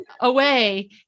away